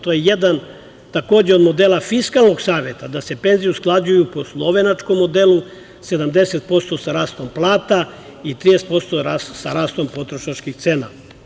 To je jedan, takođe, od modela fiskalnog saveta da se penzije usklađuju po slovenačkom modelu – 70% sa rastom plata i 30% sa rastom potrošačkih cena.